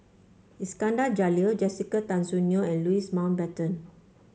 Iskandar Jalil Jessica Tan Soon Neo and Louis Mountbatten